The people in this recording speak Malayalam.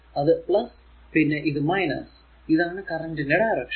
ഇത് പിന്നെ ഇത് ഇതാണ് കറന്റ് ന്റെ ഡയറക്ഷൻ